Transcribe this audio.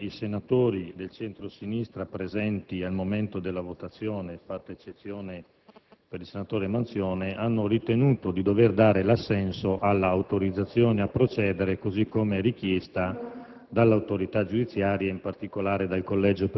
all'interno della Giunta delle elezioni e delle immunità parlamentari, i senatori del centro-sinistra presenti al momento della votazione, fatta eccezione per il senatore Manzione, hanno ritenuto di dovere dare l'assenso all'autorizzazione a procedere, così come richiesta